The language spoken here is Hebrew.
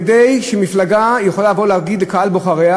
כדי שמפלגה תוכל לבוא להגיד לקהל בוחריה,